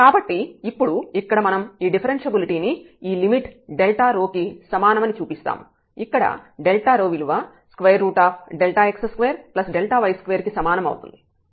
కాబట్టి ఇప్పుడు ఇక్కడ మనం ఈ డిఫరెన్ష్యబిలిటీ ని ఈ లిమిట్ ρ కి సమానమని చూపిస్తాము ఇక్కడ ρ విలువ x2y2 కి సమానం అవుతుంది